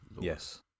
Yes